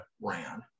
ran